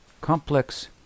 complex